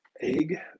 egg